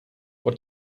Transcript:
what